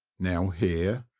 now here,